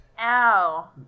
Ow